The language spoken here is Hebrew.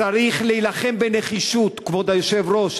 צריך להילחם בנחישות, כבוד היושב-ראש.